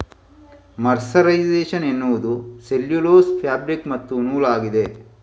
mercerisation ಎನ್ನುವುದು cellulose fabric ಮತ್ತು ನೂಲಾಗಿದೆ